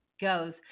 goes